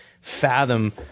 fathom